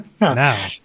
now